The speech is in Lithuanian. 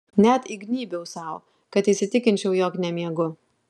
net įgnybiau sau kad įsitikinčiau jog nemiegu